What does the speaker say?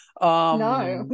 No